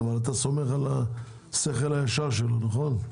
אבל אתה סומך על השכל הישר שלו, נכון?